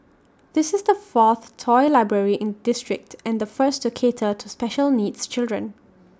this is the fourth toy library in the district and the first to cater to special needs children